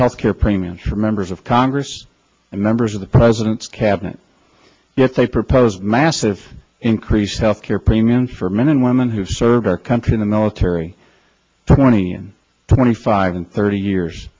health care premiums for members of congress and members of the president's cabinet yet they propose massive increases health care premiums for men and women who serve our country in the military twenty and twenty five and thirty years